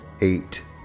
eight